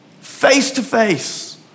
Face-to-face